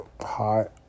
hot